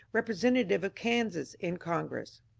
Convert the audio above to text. representative of kansas in congpress.